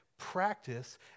Practice